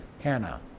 Hannah